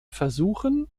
versuchen